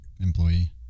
employee